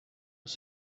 was